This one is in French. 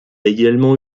également